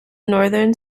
northern